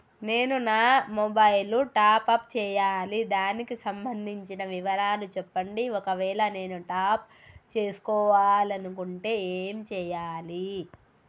నేను నా mobile top up చేయాలి దానికి సంబంధించిన వివరాలు చెప్పండి ఒకవేళ నేను టాప్ చేసుకోవాలనుకుంటే ఏం చేయాలి?